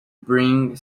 bring